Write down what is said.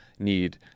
need